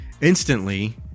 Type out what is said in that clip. instantly